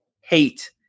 hate